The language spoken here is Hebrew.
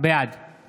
בעד